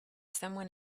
someone